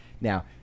now